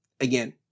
again